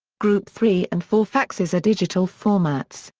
group three and four faxes are digital formats,